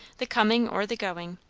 the coming or the going,